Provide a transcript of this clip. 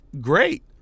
great